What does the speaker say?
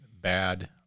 bad